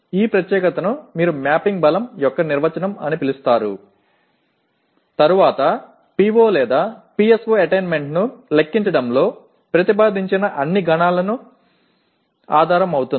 எனவே குறிப்பாக இதை கோப்பிடப்பட்ட வலிமையின் வரையறை என்று அழைக்கிறீர்கள் பின்னர் இது PO PSO அடைவதைக் கணக்கிடுவதில் முன்மொழியப்பட்ட அனைத்து கணக்கீடுகளுக்கும் அடிப்படையாகிறது